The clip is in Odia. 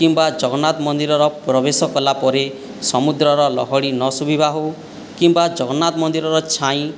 କିମ୍ବା ଜଗନ୍ନାଥ ମନ୍ଦିରର ପ୍ରବେଶ କଲା ପରେ ସମୁଦ୍ରର ଲହଡ଼ି ନଶୁଭିବା ହେଉ କିମ୍ବା ଜଗନ୍ନାଥ ମନ୍ଦିରର ଛାଇ